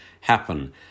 happen